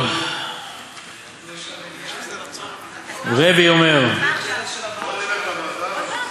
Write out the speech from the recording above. כשנרצה להצביע, נצביע בעד כולם.